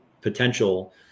potential